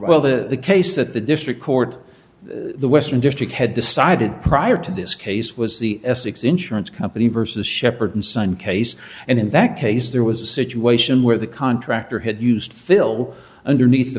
well the case that the district court in the western district had decided prior to this case was the essex insurance company versus shepherd son case and in that case there was a situation where the contractor had used fill underneath the